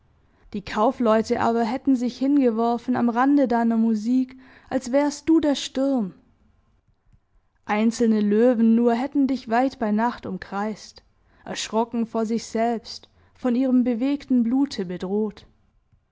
die kaufleute aber hätten sich hingeworfen am rande deiner musik als wärst du der sturm einzelne löwen nur hätten dich weit bei nacht umkreist erschrocken vor sich selbst von ihrem bewegten blute bedroht